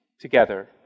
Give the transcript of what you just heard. together